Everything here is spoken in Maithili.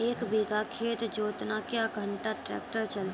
एक बीघा खेत जोतना क्या घंटा ट्रैक्टर चलते?